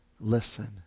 listen